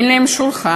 אין להם שולחן,